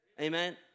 Amen